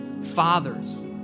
Fathers